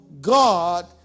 God